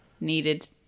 needed